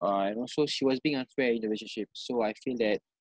uh and also she was being unfair in the relationship so I feel that